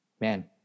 man